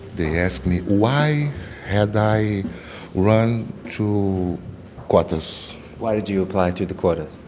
they asked me, why had i run to quotas? why did you apply through the quotas?